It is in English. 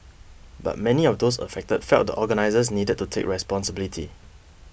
but many of those affected felt the organisers needed to take responsibility